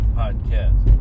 podcast